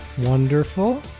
Wonderful